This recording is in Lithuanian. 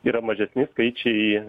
yra mažesni skaičiai